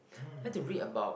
like to read about